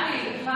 טלי, אנחנו